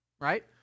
right